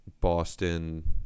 Boston